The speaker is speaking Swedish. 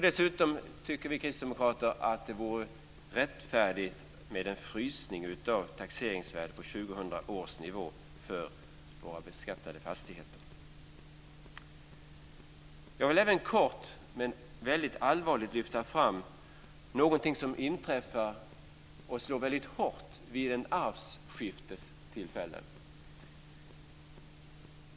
Dessutom tycker vi kristdemokrater att det vore rättfärdigt med en frysning av taxeringsvärdena på Jag vill även kort men allvarligt lyfta fram någonting som inträffar och slår väldigt hårt vid arvsskiftestillfällen.